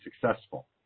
successful